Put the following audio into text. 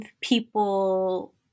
people